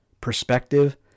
Perspective